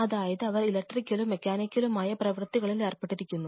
അതായത് അവർ ഇലക്ട്രിക്കലും മെക്കാനിക്കലുമായ പ്രവൃത്തികളിൽ ഏർപ്പെട്ടിരിക്കുന്നു